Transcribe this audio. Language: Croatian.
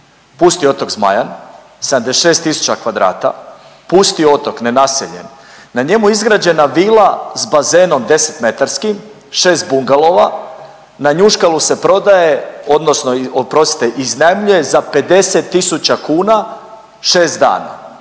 Pusti otok Zmajan 76 tisuća m2, pusti otok nenaseljen, na njemu je izgrađena vila s bazenom 10-metarskim, 6 bungalova, na „Njuškalu“ se prodaje odnosno oprostite iznajmljuje za 50 tisuća kuna 6 dana.